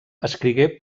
escrigué